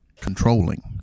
Controlling